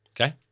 Okay